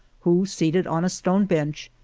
who, seated on a stone bench,